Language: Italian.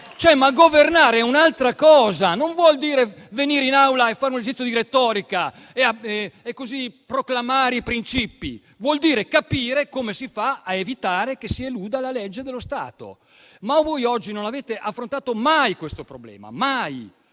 ma governare è un'altra cosa! Non vuol dire venire in Aula, fare un esercizio di retorica e proclamare princìpi. Vuol dire capire come si fa a evitare che si eluda la legge dello Stato, ma voi oggi non avete affrontato mai questo problema.